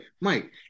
Mike